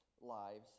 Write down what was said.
lives